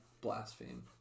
Blaspheme